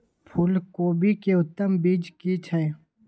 फूलकोबी के उत्तम बीज की छै?